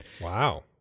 Wow